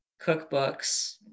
cookbooks